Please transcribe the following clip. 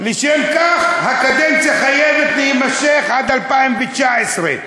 לשם כך הקדנציה חייבת להימשך עד 2019. נכון.